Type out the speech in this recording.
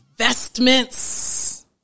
Investments